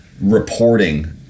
reporting